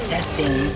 Testing